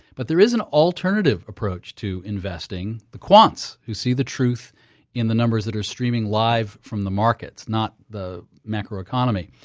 but there is an alternative approach to investing the quants, who see the truth in the numbers that are streaming live from the markets, not the macro economy.